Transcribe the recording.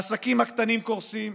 העסקים הקטנים קורסים,